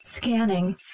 Scanning